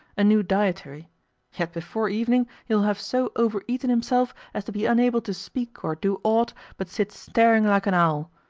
a new dietary yet before evening he will have so over-eaten himself as to be unable to speak or do aught but sit staring like an owl.